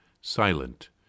silent